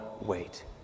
wait